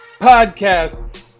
Podcast